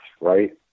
right